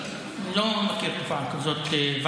לא מכיר תופעה כזאת.